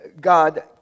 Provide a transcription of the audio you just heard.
God